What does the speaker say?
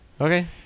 okay